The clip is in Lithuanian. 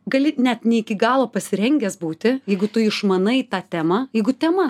gali net ne iki galo pasirengęs būti jeigu tu išmanai tą temą jeigu tema